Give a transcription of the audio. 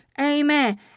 Amen